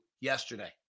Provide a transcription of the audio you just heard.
yesterday